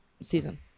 season